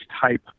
type